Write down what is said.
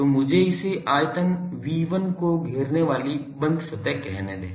तो मुझे इसे आयतन V1 को घेरने वाली बंद सतह कहने दें